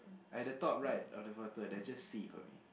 at the top right of the photo there's just sea for me